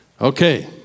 Okay